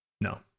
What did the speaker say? no